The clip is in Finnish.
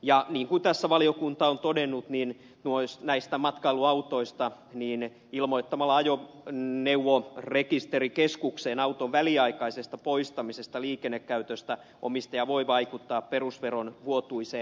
niin kuin tässä valiokunta on matkailuautoista todennut niin ilmoittamalla ajoneuvohallintokeskukseen auton väliaikaisesta poistamisesta liikennekäytöstä matkailuauton omistaja voi vaikuttaa perusveron vuotuiseen määrään